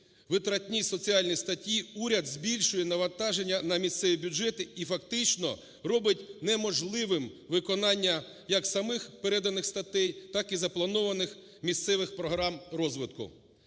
витратні соціальні статті уряд збільшує навантаження на місцеві бюджети і, фактично, робить неможливим виконання як самих переданих статей так і запланованих місцевих програм розвитку.